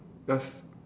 yes